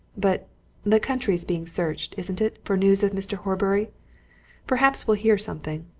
but the country's being searched, isn't it, for news of mr. horbury perhaps we'll hear something.